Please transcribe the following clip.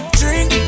drink